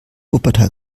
wuppertal